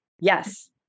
Yes